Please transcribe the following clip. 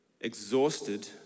exhausted